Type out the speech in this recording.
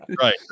Right